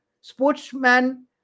sportsman